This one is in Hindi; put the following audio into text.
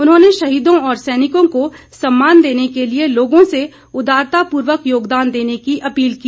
उन्होंने शहीदों और सैनिकों को सम्मान देने के लिए लोगों से उदारता पूर्वक योगदान देने की अपील की